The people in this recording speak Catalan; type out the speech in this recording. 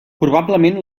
probablement